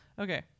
Okay